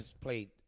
played